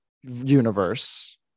universe